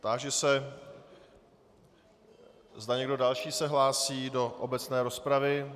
Táži se, zda někdo další se hlásí do obecné rozpravy.